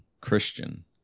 Christian